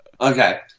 okay